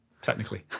Technically